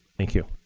thank you.